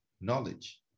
knowledge